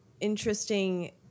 interesting